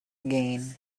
gain